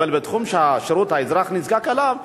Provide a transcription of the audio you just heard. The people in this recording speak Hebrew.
אבל בתחום שירות שהאזרח נזקק אליו,